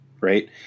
right